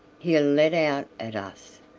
he'll let out at us,